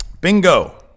Bingo